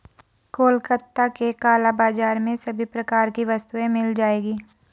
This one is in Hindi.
कोलकाता के काला बाजार में सभी प्रकार की वस्तुएं मिल जाएगी